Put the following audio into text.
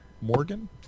Morgan